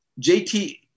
JT